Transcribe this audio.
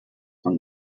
from